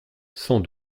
sans